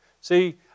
See